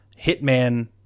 hitman